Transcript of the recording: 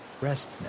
Rest